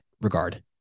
regard